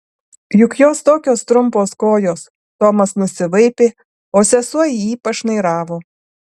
juk jos tokios trumpos kojos tomas nusivaipė o sesuo į jį pašnairavo